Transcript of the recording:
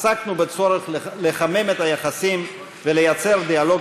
עסקנו בצורך לחמם את היחסים וליצור דיאלוג